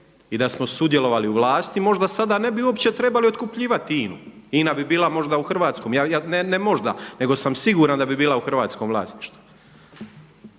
i da samo sudjelovali u vlasti možda sada ne bi uopće trebali otkupljivati INA-u, INA bi bila možda u hrvatskom, ne možda nego sam siguran da bi bila u hrvatskom vlasništvu.